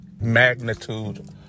magnitude